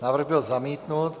Návrh byl zamítnut.